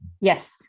Yes